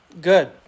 Good